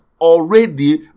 already